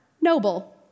noble